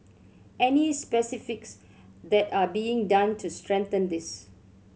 any specifics that are being done to strengthen this